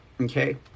okay